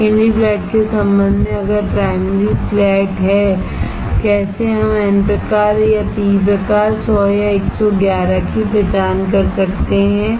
secondary flat के संबंध में अगर प्राइमरी फ्लैट कैसे हम n प्रकार या पी प्रकार 100 या 111 की पहचान कर सकते हैं